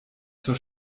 zur